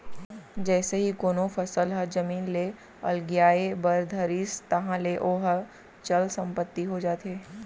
जइसे ही कोनो फसल ह जमीन ले अलगियाये बर धरिस ताहले ओहा चल संपत्ति हो जाथे